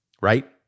right